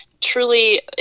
truly